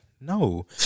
No